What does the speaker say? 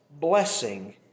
blessing